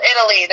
Italy